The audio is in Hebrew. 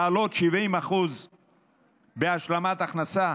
להעלות 70% בהשלמת הכנסה,